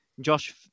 Josh